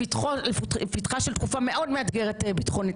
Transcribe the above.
לפתחה של תקופה מאוד מאתגרת ביטחונית.